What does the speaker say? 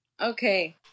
Okay